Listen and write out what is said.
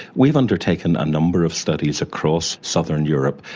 we've undertaken a number of studies across southern europe,